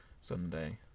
Sunday